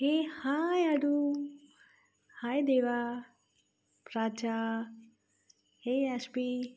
हे हाय आडू हाय देवा राजा हे ऐशपी